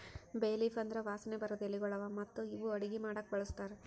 ಬೇ ಲೀಫ್ ಅಂದುರ್ ವಾಸನೆ ಬರದ್ ಎಲಿಗೊಳ್ ಅವಾ ಮತ್ತ ಇವು ಅಡುಗಿ ಮಾಡಾಕು ಬಳಸ್ತಾರ್